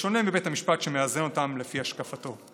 בשונה מבית המשפט, שמאזן אותן לפי השקפתו.